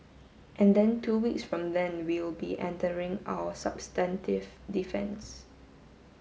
and then two weeks from then we'll be entering our substantive defence